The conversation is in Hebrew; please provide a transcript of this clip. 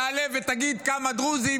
תעלה ותגיד כמה דרוזים,